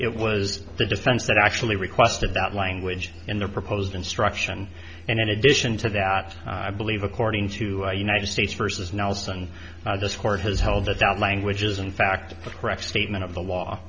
it was the defense that actually requested that language in the proposed instruction and in addition to that i believe according to our united states versus nelson this court has held that that languages in fact correct statement of the law